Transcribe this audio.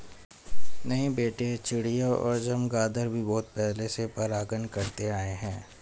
नहीं बेटे चिड़िया और चमगादर भी बहुत पहले से परागण करते आए हैं